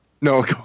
no